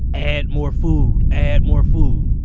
add more food, add more food!